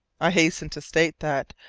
i hasten to state that,